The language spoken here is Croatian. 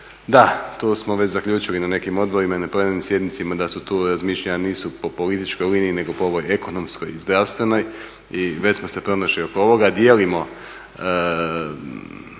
Da, to smo već zaključili na nekim odborima i na plenarnim sjednicama da tu razmišljanja nisu po političkoj liniji nego po ovoj ekonomskoj i zdravstvenoj i već smo se pronašli oko ovoga. Dijelimo,